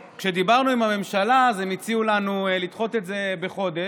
כשדיברנו עם הממשלה אז הם הציעו לנו לדחות את זה בחודש.